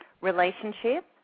relationship